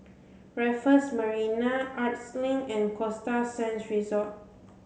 Raffles Marina Arts Link and Costa Sands Resort